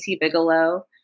Bigelow